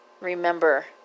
remember